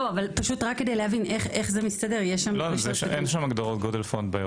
לא, אין שם הגדרות גודל פונט.